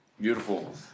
Beautiful